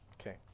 Okay